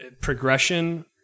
progression